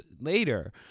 later